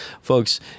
folks